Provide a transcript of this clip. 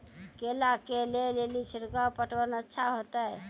केला के ले ली छिड़काव पटवन अच्छा होते?